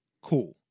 cool